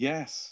Yes